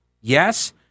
Yes